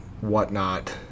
whatnot